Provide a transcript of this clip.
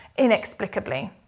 inexplicably